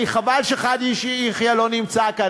חבל שחאג' יחיא לא נמצא כאן.